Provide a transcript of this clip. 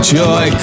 joy